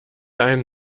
einen